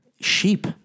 Sheep